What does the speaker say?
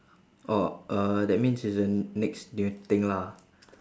orh uh that means it's uh next new thing lah